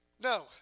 No